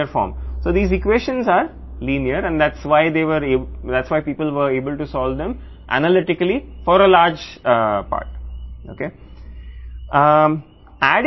కాబట్టి ఈ ఈక్వేషన్లు సరళంగా ఉంటాయి మరియు అందుకే మీరు వాటిని ఎక్కువ భాగం విశ్లేషణాత్మకంగా పరిష్కరించగలిగారు